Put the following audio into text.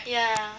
ya